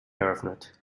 eröffnet